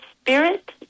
Spirit